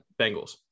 Bengals